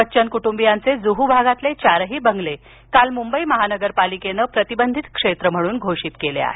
बच्चन कुटुंबीयांचे जुहू भागातील चारही बंगले काल मुंबई महानगरपालिकेने प्रतिबंधित क्षेत्र म्हणून घोषित केले आहेत